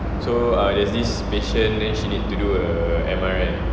so uh there's this patient then she need to do a M_R_I